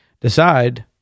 decide